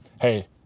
Hey